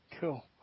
Cool